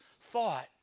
thought